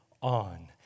on